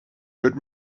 but